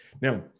Now